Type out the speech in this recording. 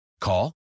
Call